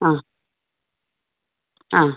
ആ ആ